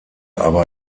aber